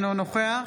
אינו נוכח